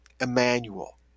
Emmanuel